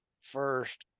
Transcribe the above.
first